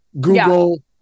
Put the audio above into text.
Google